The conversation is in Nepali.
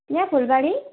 यहाँ फुलबारी